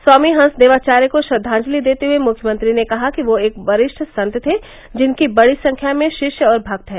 स्वामी हंसदेवाचार्य को श्रद्वांजलि देते हये मुख्यमंत्री ने कहा कि वह एक वरिष्ठ संत थे जिनके बड़ी संख्या में शिष्य और भक्त हैं